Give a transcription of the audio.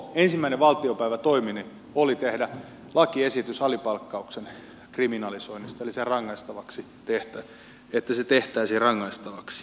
ensimmäinen valtiopäivätoimeni oli tehdä lakiesitys alipalkkauksen kriminalisoinnista eli että se tehtäisiin rangaistavaksi